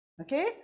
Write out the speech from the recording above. okay